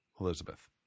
Elizabeth